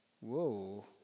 Whoa